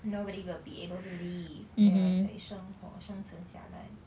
nobody will be able to live 没有人会生活生存下来